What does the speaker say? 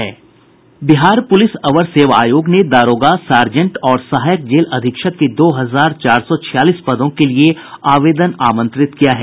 Bihar police अवर सेवा आयोग ने दारोगा सार्जेंट और सहायक जेल अधीक्षक के दो हजार चार सौ छियालीस पदों के लिए आवेदन आमंत्रित किया है